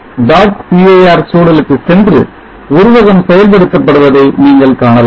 cir சூழலுக்கு சென்று உருவகம் செயல்படுத்தபடுவதை நீங்கள் காணலாம்